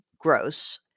gross